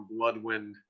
Bloodwind